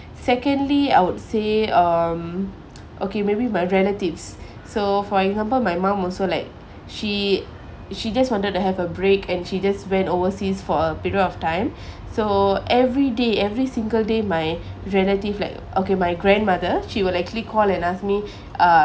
secondly I would say um okay maybe my relatives so for example my mom also like she she just wanted to have a break and she just went overseas for a period of time so every day every single day my relative like okay my grandmother she will actually call and ask me uh